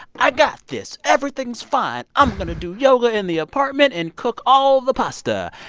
i've got this. everything's fine. i'm going to do yoga in the apartment and cook all the pasta.